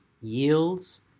yields